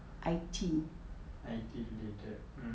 I_T related